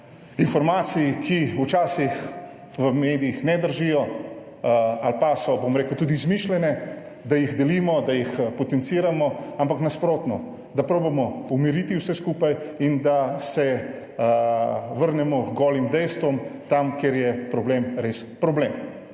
informacij, ki včasih v medijih ne držijo ali pa so bom rekel tudi izmišljene, da jih delimo, da jih potenciramo, ampak nasprotno, da probamo umiriti vse skupaj in da se vrnemo k golim dejstvom tam kjer je problem, res problem.